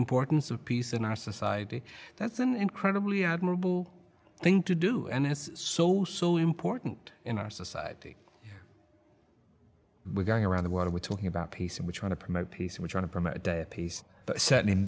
importance of peace in our society that's an incredibly admirable thing to do and it's so so important in our society we're going around the world we're talking about peace in which want to promote peace we're trying to promote a certain in